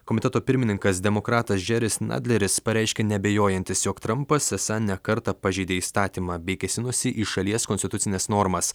komiteto pirmininkas demokratas džeris nadleris pareiškė neabejojantis jog trampas esą ne kartą pažeidė įstatymą bei kėsinosi į šalies konstitucines normas